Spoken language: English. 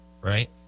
right